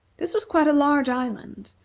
this was quite a large island,